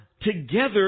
Together